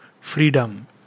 freedom